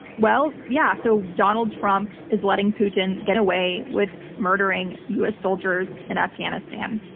well, yeah, so donald trump is letting putin get away with murdering u. s. soldiers in afghanistan.